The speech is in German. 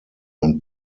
und